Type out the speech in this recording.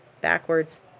backwards